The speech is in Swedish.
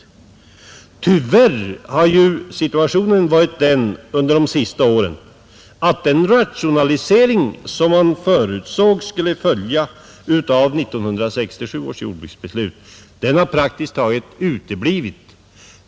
Tyvärr har ju situationen varit den under de senaste åren att den rationalisering som man förutsåg skulle följa av 1967 års jordbruksbeslut praktiskt taget har uteblivit.